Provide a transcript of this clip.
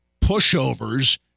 pushovers